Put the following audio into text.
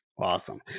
Awesome